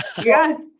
Yes